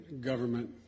government